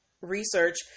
research